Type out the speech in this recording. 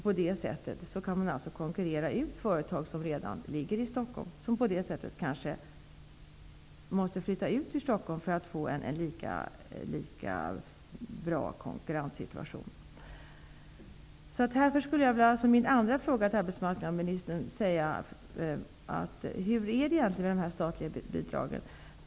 På det sättet kan dessa företag konkurrera ut företag som redan finns i Stockholm och som kanske måste flytta ut ur Stockholm för att få en lika bra konkurrenssituation. Därför skulle jag vilja ställa följande fråga till arbetsmarknadsministern: Hur är det egentligen med dessa statliga bidrag?